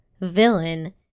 villain